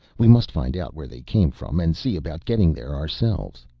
we must find out where they came from and see about getting there ourselves.